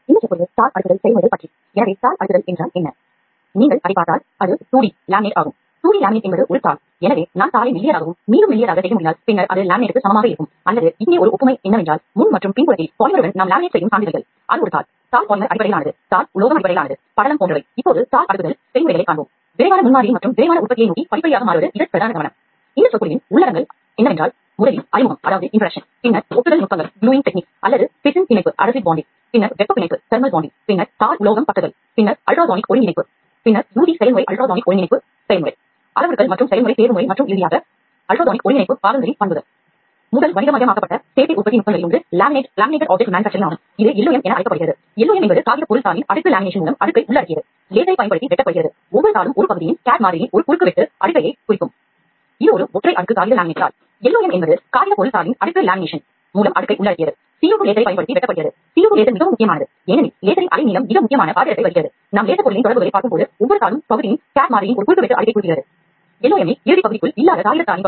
முந்தைய விரிவுரையில் நாம் பிதிர்வு எக்ஸ்ட்ரூஷன் செயல்முறையை பற்றி அதிக கவனம் செலுத்தினோம்